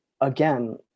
again